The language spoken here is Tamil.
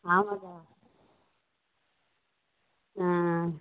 ஆமாக்கா